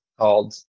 called